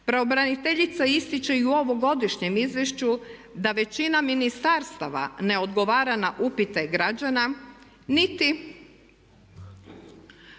Pravobraniteljica ističe i u ovogodišnjem izvješću da većina ministarstava ne odgovara na upite građana niti